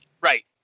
Right